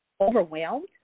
overwhelmed